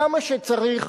כמה שצריך